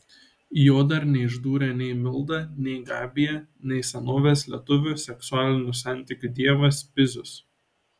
jo dar neišdūrė nei milda nei gabija nei senovės lietuvių seksualinių santykių dievas pizius